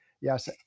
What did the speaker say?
yes